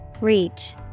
Reach